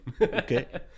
Okay